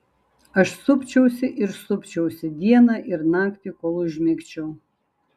aš supčiausi ir supčiausi dieną ir naktį kol užmigčiau